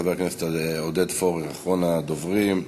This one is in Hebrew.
חבר הכנסת עודד פורר, אחרון הדוברים.